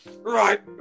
Right